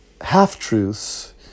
half-truths